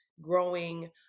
growing